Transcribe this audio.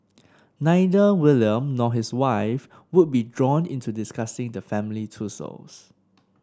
neither William nor his wife would be drawn into discussing the family tussle